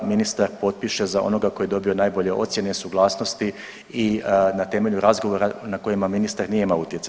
Ministar potpiše za onoga koji je dobio najbolje ocjene, suglasnosti i na temelju razgovora na kojima ministar nema utjecaja.